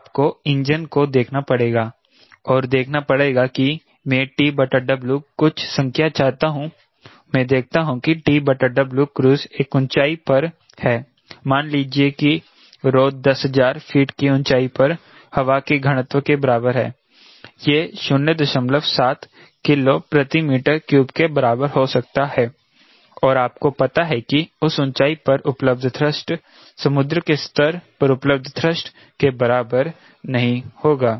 तो आपको इंजन को देखना पड़ेगा और देखना पड़ेगा कि मैं TW कुछ संख्या चाहता हूं मैं देखता हूं कि cruise एक ऊँचाई पर है मान लीजिए कि 10000 फीट की ऊंचाई पर हवा के घनत्व के बराबर है यह 07 किलो प्रति मीटर क्यूब के बराबर हो सकता है और आपको पता है कि उस ऊंचाई पर उपलब्ध थ्रस्ट समुद्र के स्तर पर उपलब्ध थ्रस्ट के बराबर नहीं होगा